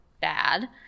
bad